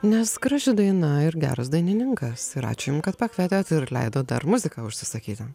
nes graži daina ir geras dainininkas ir ačiū jum kad pakvietė ir leidot dar muziką užsisakyti